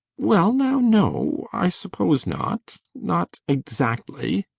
well, now, no, i suppose not not exactly,